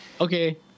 Okay